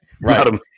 right